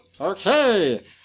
okay